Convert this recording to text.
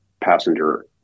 passenger